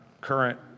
current